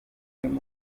wenda